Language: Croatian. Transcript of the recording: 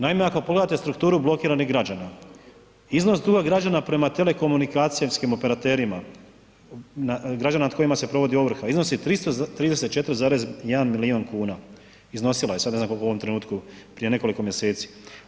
Naime, ako pogledate strukturu blokiranih građana, iznos duga građana prema telekomunikacijskim operaterima građana nad kojima se provodi ovrha iznosi 334,1 milijun kuna, iznosila je, sad ne znam koliko u ovom trenutku, prije nekoliko mjeseci.